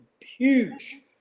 Huge